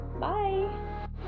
Bye